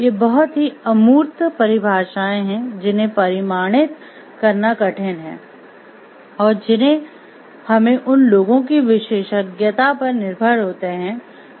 ये बहुत ही अमूर्त पर निर्भर होते है जो इसे परिभाषित कर सकते हैं